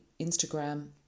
Instagram